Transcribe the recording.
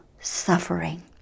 suffering